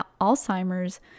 Alzheimer's